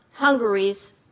Hungary's